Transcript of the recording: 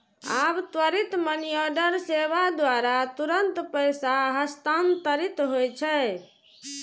आब त्वरित मनीऑर्डर सेवा द्वारा तुरंत पैसा हस्तांतरित होइ छै